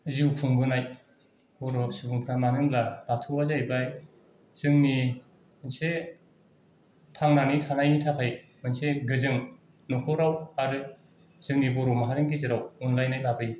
जिउ खुंबोनाय बर' सुबुंफ्रा मानो होनबा जोंनि मोनसे थांनानै थानायनि थाखाय मोनसे गोजों नखराव आरो जोंनि बर' माहारिनि गेजेराव अनलायनाय लाबोयो